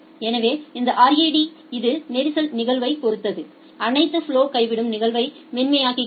எனவே இந்த ரெட் இது நெரிசல் நிகழ்தகவைப் பொறுத்து அனைத்து ஃபலொஸ்களிலும் கைவிடும் நிகழ்தகவை மென்மையாக்குகிறது